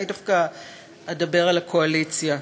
אני דווקא אדבר על הקואליציה.